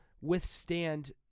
withstand